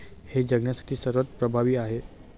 हे जगण्यासाठी सर्वात प्रभावी आहे